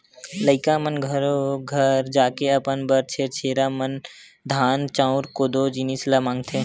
लइका मन घरो घर जाके अपन बर छेरछेरा म धान, चाँउर, कोदो, जिनिस ल मागथे